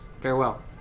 Farewell